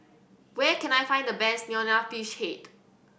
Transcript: where can I find the best Nonya Fish Head